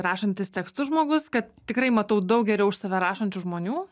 rašantis tekstus žmogus kad tikrai matau daug geriau už save rašančių žmonių